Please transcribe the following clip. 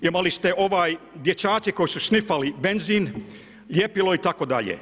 Imali ste dječaci koji su snifali benzin, ljepilo itd.